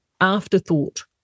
afterthought